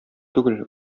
түгел